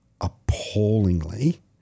appallingly